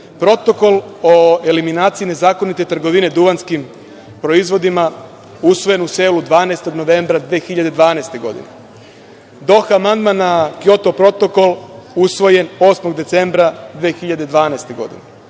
godine. Protokol o eliminaciji nezakonite trgovine duvanskim proizvodima usvojen u Seulu 12. novembra 2012. godine. Doha amandman na Kjoto protokol, usvojen 8. decembra 2012.